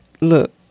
look